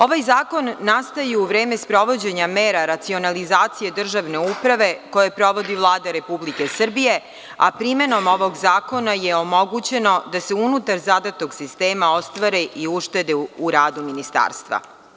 Ovaj zakon nastaje u vreme sprovođenja mera racionalizacije državne uprave koje sprovodi Vlada Republike Srbije, a primenom ovog zakona je omogućeno da se unutar zadatog sistema ostvare i uštede u radu Ministarstva.